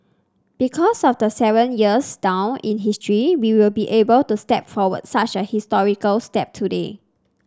because of the seven years down in history we will be able to step forward such a historical step today